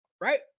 right